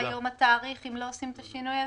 מה היום התאריך אם לא עושים את השינוי הזה?